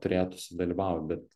turėtų sudalyvaut bet